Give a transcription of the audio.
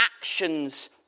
actions